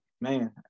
man